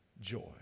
joy